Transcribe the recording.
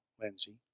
Lindsay